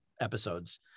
episodes